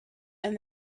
and